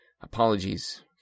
apologies